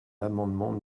l’amendement